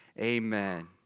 Amen